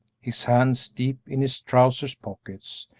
his hands deep in his trousers pockets,